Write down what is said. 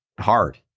hard